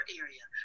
area